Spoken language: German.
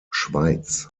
schweiz